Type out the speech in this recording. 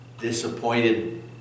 disappointed